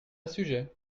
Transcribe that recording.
sujet